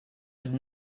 would